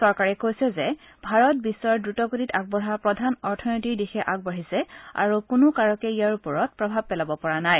চৰকাৰে কৈছে যে ভাৰত বিশ্বৰ দ্ৰতগতিত আগবঢ়া প্ৰধান অথনীতিৰ দিশে আগবাঢ়িছে আৰু কোনো কাৰকে ইয়াৰ ওপৰত প্ৰভাৱ পেলাব পৰা নাই